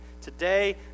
today